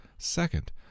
Second